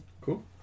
Cool